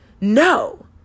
no